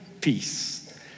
peace